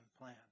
plan